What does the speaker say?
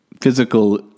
physical